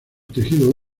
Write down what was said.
tejido